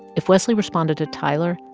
if wesley responded to tyler,